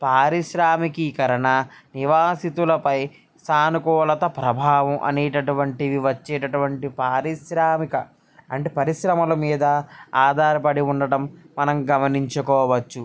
పారిశ్రామికీకరణ నివాసితులపై సానుకూలత ప్రభావం అనేటువంటివి వచ్చేటటువంటి పారిశ్రామిక అంటే పరిశ్రమల మీద ఆధారపడి ఉండటం మనం గమనించుకోవచ్చు